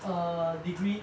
a degree